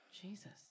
jesus